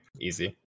Easy